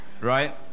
Right